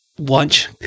lunch